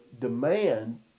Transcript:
demand